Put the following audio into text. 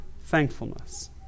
thankfulness